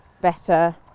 better